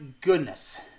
goodness